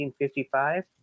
1955